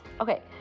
Okay